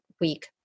week